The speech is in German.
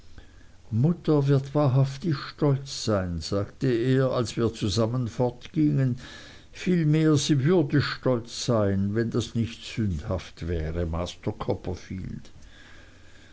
mutter wird wahrhaftig stolz sein sagte er als wir zusammen fortgingen vielmehr sie würde stolz sein wenn das nicht sündhaft wäre